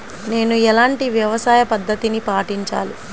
నేను ఎలాంటి వ్యవసాయ పద్ధతిని పాటించాలి?